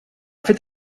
fet